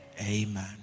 amen